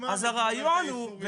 אז הרעיון הוא,